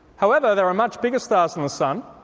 however, there are much bigger stars than the sun,